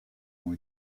ont